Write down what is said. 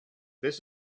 this